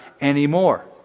anymore